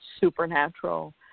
Supernatural